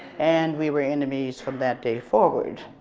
and we were enemies from that day forward.